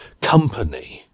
company